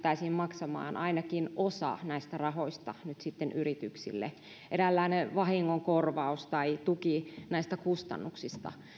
pystyttäisiin maksamaan ainakin osa näistä rahoista nyt sitten yrityksille eräänlainen vahingonkorvaus tai tuki näistä kustannuksista